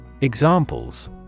Examples